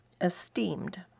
esteemed